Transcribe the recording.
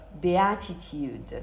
beatitude